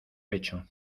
pecho